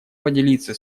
поделиться